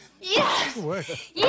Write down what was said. Yes